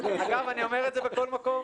אני אומר את זה בכל מקום,